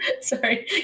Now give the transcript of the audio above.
Sorry